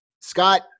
Scott